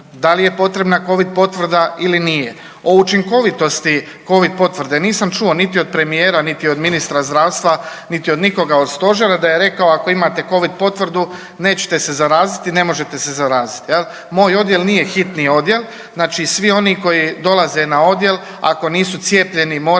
da li je potrebna covid potvrda ili nije. O učinkovitosti covid potvrde nisam čuo niti od premijera, niti od ministra zdravstva, niti od nikoga od stožera da je rekao ako imate covid potvrdu nećete se zaraziti i ne možete se zaraziti jel. Moj odjel nije hitni odjel, znači svi oni koji dolaze na odjel ako nisu cijepljeni moraju